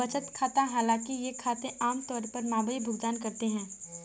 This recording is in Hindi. बचत खाता हालांकि ये खाते आम तौर पर मामूली भुगतान करते है